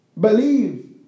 Believe